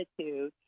attitude